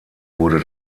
wurde